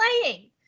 playing